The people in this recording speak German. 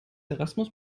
erasmus